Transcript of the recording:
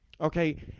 okay